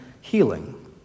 healing